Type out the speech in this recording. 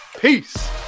Peace